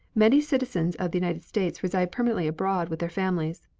many citizens of the united states reside permanently abroad with their families.